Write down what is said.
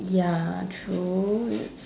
ya true it's